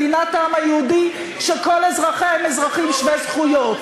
מדינת העם היהודי שכל אזרחיה הם אזרחים שווי זכויות.